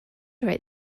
write